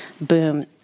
boom